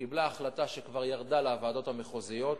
היא קיבלה החלטה, שכבר ירדה לוועדות המחוזיות,